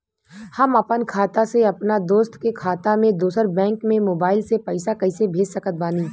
हम आपन खाता से अपना दोस्त के खाता मे दोसर बैंक मे मोबाइल से पैसा कैसे भेज सकत बानी?